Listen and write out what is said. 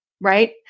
Right